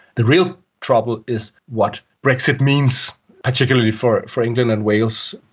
the real trouble is what brexit means particularly for for england and wales.